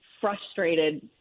frustrated